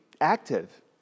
active